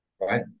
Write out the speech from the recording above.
Right